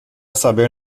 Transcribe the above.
saber